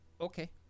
Okay